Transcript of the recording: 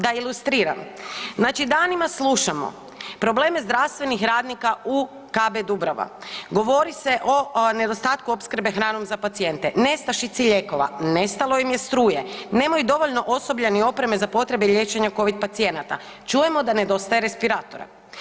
Da ilustriram, znači danima slušamo probleme zdravstvenih radnika u KB Dubrava, govori se o nedostatku opskrbe hranom za pacijente, nestašici lijekova, nestalo im je struje, nemaju dovoljno osoblja ni opreme za potrebe liječenja Covid pacijenata, čujemo da nedostaje respiratora.